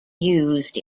used